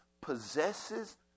possesses